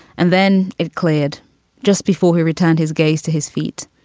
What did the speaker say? and then it cleared just before he returned his gaze to his feet.